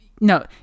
No